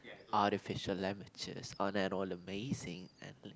artificial aren't that all amazing